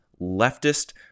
leftist